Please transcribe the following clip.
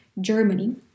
Germany